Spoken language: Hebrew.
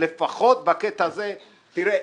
שלפחות בקטע הזה זה יוסדר.